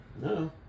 No